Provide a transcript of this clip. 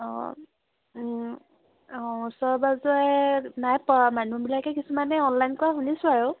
অঁ অঁ ওচৰে পাঁজৰে নাই পোৱা মানুহবিলাকে কিছুমানে অনলাইন কৰা শুনিছোঁ আৰু